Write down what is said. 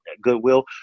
goodwill